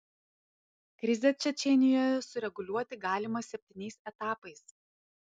krizę čečėnijoje sureguliuoti galima septyniais etapais